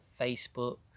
Facebook